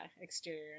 exterior